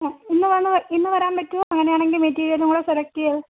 ആ ഇന്ന് വന്ന് ഇന്ന് വരാൻ പറ്റുമോ അങ്ങനെ ആണെങ്കിൽ മെറ്റീരിയലും കൂടെ സെലക്റ്റ് ചെയ്യാം